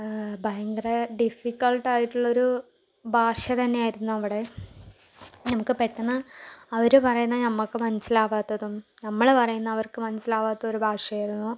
ഭയങ്കര ഡിഫിക്കൽറ്റായിട്ടുള്ളൊരു ഭാഷ തന്നെയായിരുന്നു അവിടെ നമുക്ക് പെട്ടന്ന് അവര് പറയുന്നത് നമുക്ക് മനസ്സിലാവാത്തതും നമ്മള് പറയുന്നത് അവർക്ക് മനസ്സിലാവാത്ത ഒരു ഭാഷയായിരുന്നു